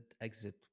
exit